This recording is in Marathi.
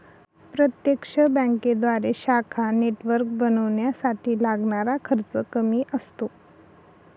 प्रत्यक्ष बँकेद्वारे शाखा नेटवर्क बनवण्यासाठी लागणारा खर्च कमी असतो